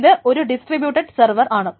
ഇത് ഒരു distributed server ആണ്